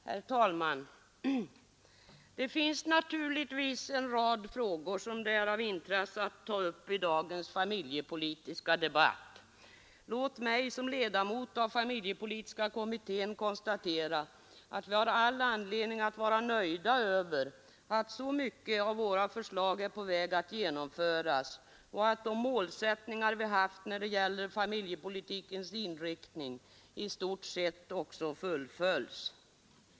Herr talman! Det finns naturligtvis en rad frågor som det är av intresse att ta upp i dagens familjepolitiska debatt. Låt mig som ledamot av familjepolitiska kommittén konstatera att vi har all anledning att vara nöjda över att så många av våra förslag är på väg att genomföras och att de målsättningar vi haft när det gäller familjepolitikens inriktning i stort också fullföljs.